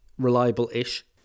reliable-ish